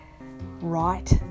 right